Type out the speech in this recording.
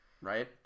right